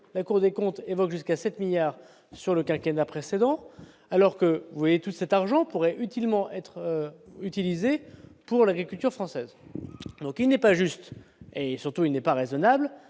la Cour des comptes évoque jusqu'à 7 milliards d'euros sous le quinquennat précédent -, alors que tout cet argent pourrait utilement être utilisé pour l'agriculture française. Il n'est donc pas juste et, surtout, il n'est pas raisonnable